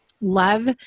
love